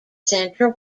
central